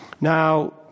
Now